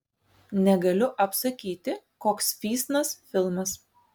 negaliu apsakyti koks fysnas filmas